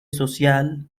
social